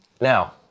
Now